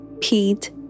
Pete